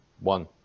One